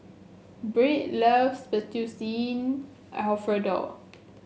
Byrd loves Fettuccine Alfredo